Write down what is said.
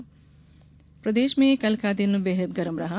गर्मी प्रदेश में कल का दिन बेहद गरम रहा